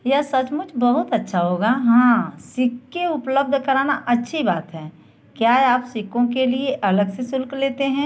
यह सचमुच बहुत अच्छा होगा हाँ सिक्के उपलब्ध कराना अच्छी बात है क्या आप सिक्कों के लिए अलग से शुल्क लेते हैं